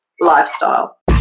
lifestyle